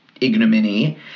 ignominy